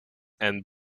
and